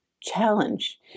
challenge